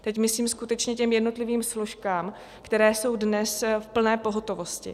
Teď myslím skutečně jednotlivým složkám, které jsou dnes v plné pohotovosti.